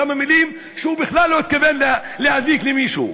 כמה מילים שהוא בכלל לא התכוון בהן להזיק למישהו.